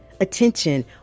attention